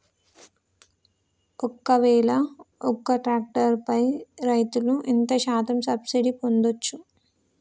ఒక్కవేల ఒక్క ట్రాక్టర్ పై రైతులు ఎంత శాతం సబ్సిడీ పొందచ్చు?